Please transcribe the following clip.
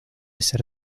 ser